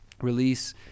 release